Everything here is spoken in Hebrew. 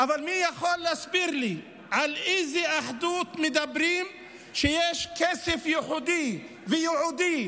אבל מי יכול להסביר לי על איזו אחדות מדברים כשיש כסף ייחודי וייעודי